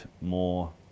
more